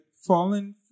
fallen